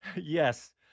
Yes